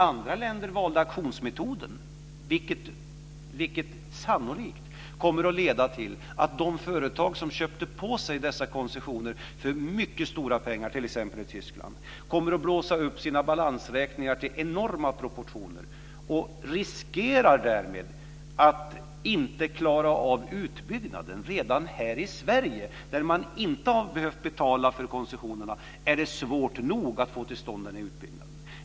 Andra länder valde auktionsmetoden, vilket sannolikt kommer att leda till att de företag som köpte på sig dessa koncessioner för mycket stora pengar, t.ex. i Tyskland, kommer att blåsa upp sina balansräkningar till enorma proportioner och riskerar därmed att inte klara av utbyggnaden. Redan här i Sverige, där man inte har behövt betala för koncessionerna, är det svårt nog att få till stånd utbyggnaden.